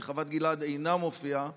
אינה מופיעה